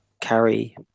carry